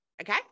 Okay